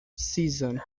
season